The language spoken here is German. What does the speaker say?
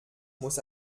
muss